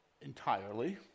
entirely